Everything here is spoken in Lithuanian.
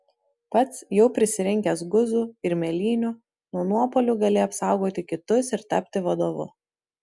pats jau prisirinkęs guzų ir mėlynių nuo nuopuolių gali apsaugoti kitus ir tapti vadovu